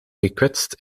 gekwetst